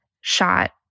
shot